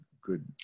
good